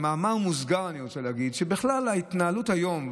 במאמר מוסגר אני רוצה להגיד שבכלל ההתנהגות היום,